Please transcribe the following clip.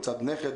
או מצד נכד?